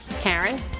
Karen